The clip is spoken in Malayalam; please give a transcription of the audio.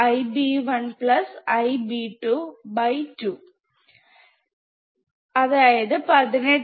IbmodIb1 Ib2 2